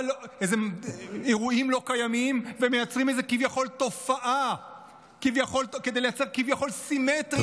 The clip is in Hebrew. אירועים לא קיימים ומייצרים כביכול תופעה כדי לייצר כביכול סימטריה.